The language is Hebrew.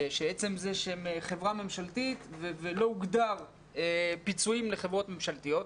שעצם זה שהם חברה ממשלתית ולא הוגדר פיצויים לחברות ממשלתיות,